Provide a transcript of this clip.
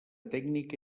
tècnica